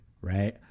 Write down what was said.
Right